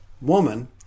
woman